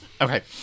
Okay